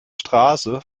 straße